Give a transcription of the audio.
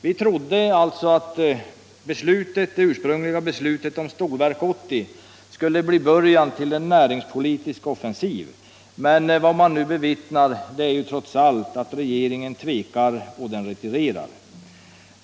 Vi trodde att det ursprungliga beslutet om Stålverk 80 skulle bli början till en näringspolitisk offensiv, men vad man nu bevittnar är trots allt att regeringen tvekar och retirerar.